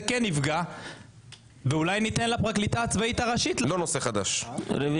כן יפגע ואולי ניתן לפרקליטה הצבאית הראשית להגיע לפה ולתת את דעתה.